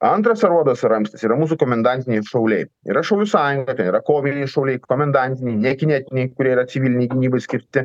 antras aruodas ir ramstis yra mūsų komendantiniai šauliai yra šaulių sąjunga ten yra koviniai šauliai komendantiniai ne kinetiniai kurie yra civilinei gynybai skirti